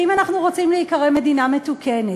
שאם אנחנו רוצים להיקרא מדינה מתוקנת,